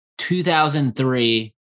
2003